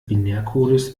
binärcodes